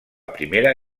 primera